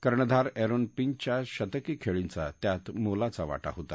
कर्णधार एरोन फिंचच्या शतकी खेळीचा त्यात मोलाचा वाटा होता